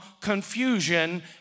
confusion